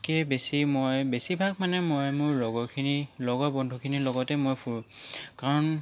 কৈ বেছি মই বেছিভাগ মানে মই মোৰ লগৰখিনিৰ লগৰ বন্ধুখিনিৰ লগতে মই ফুৰোঁ কাৰণ